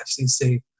FCC